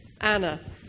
Anna